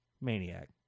maniac